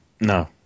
No